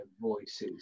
voices